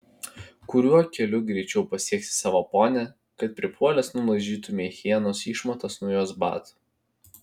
kuriuo keliu greičiau pasieksi savo ponią kad pripuolęs nulaižytumei hienos išmatas nuo jos batų